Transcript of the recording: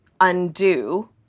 undo